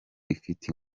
ifite